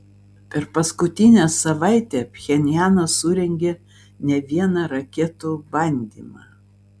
per paskutinę savaitę pchenjanas surengė ne vieną raketų bandymą